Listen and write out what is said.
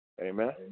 Amen